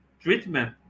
treatment